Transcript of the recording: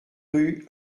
rue